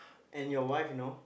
and your wife you know